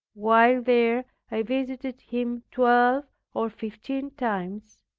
while there, i visited him twelve or fifteen times,